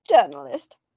journalist